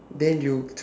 then you